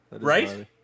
Right